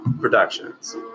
productions